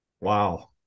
Wow